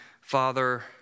Father